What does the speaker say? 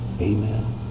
Amen